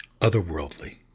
otherworldly